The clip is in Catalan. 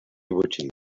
botxí